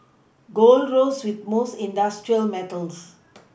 gold rose with most industrial metals